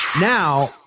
Now